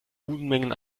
unmengen